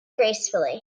gracefully